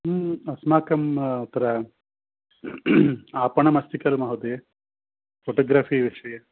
अस्माकम् अत्र आपणम् अस्ति खलु महोदय फ़ोटोग्रफ़ी विषये